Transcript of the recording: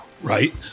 Right